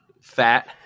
fat